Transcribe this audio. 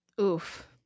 Oof